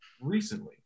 recently